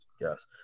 Yes